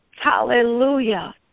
Hallelujah